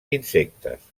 insectes